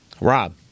Rob